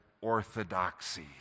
orthodoxy